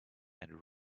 and